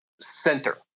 center